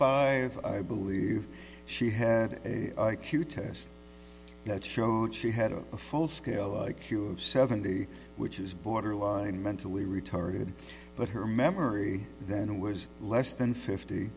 five i believe she had a huge test that showed she had a full scale like seventy which is borderline mentally retarded but her memory then was less than fifty